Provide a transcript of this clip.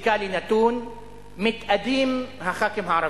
פיזיקלי נתון מתאדים הח"כים הערבים,